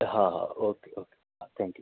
હા હા okay okay thank you